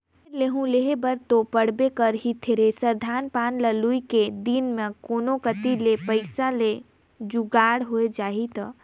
फेर लेहूं लेहे बर तो पड़बे करही थेरेसर, धान पान के लुए के दिन मे कोनो कति ले पइसा के जुगाड़ होए जाही त